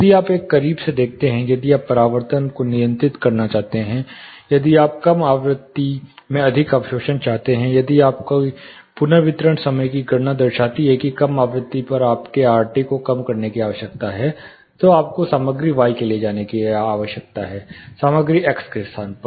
यदि आप एक करीब से देखते हैं यदि आप परावर्तन को नियंत्रित करना चाहते हैं या यदि आप कम आवृत्ति में अधिक अवशोषण चाहते हैं यदि आपकी पुनर्वितरण समय की गणना दर्शाती है कि कम आवृत्ति पर आपके आरटी को कम करने की आवश्यकता है तो आपको सामग्री y के लिए जाने की आवश्यकता है सामग्री x के स्थान पर